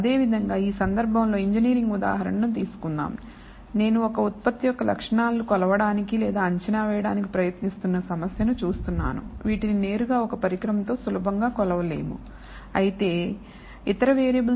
అదేవిధంగా ఈ సందర్భంలో ఇంజనీరింగ్ ఉదాహరణను తీసుకుందాం నేను ఒక ఉత్పత్తి యొక్క లక్షణాలు కొలవడానికి లేదా అంచనా వేయడానికి ప్రయత్నిస్తున్న సమస్యను చూస్తున్నాను వీటిని నేరుగా ఒక పరికరంతో సులభంగా కొలవలేము